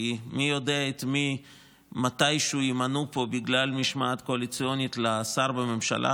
כי מי יודע את מי מתישהו ימנו פה בגלל משמעת קואליציונית לשר בממשלה.